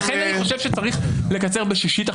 לכן אני חושב שצריך לקצר בשישית.